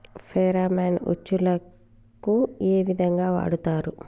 Pheromone ఉచ్చులకు ఏ విధంగా వాడుతరు?